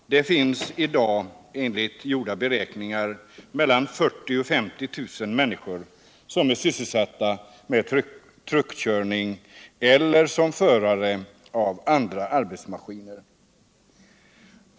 I dag finns det enligt gjorda beräkningar mellan 40 000 och 50 000 människor som är sysselsatta med truckkörning eller som förare av andra arbetsmaskiner.